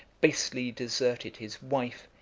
basely deserted his wife,